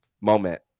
moment